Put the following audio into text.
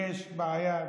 יש בעיה,